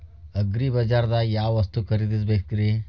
ಅಗ್ರಿಬಜಾರ್ದಾಗ್ ಯಾವ ವಸ್ತು ಖರೇದಿಸಬೇಕ್ರಿ?